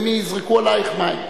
הם יזרקו עלייך מים.